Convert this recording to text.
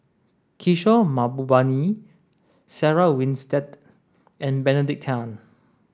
Kishore Mahbubani Sarah Winstedt and Benedict Tan